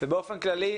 ובאופן כללי,